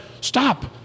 stop